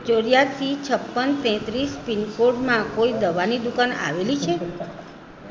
ચોર્યાસી છપ્પન તેત્રીસ પીનકોડમાં કોઈ દવાની દુકાન આવેલી છે